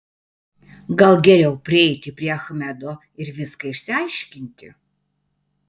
gal geriau prieiti prie achmedo ir viską išsiaiškinti